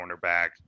cornerback